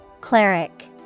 Cleric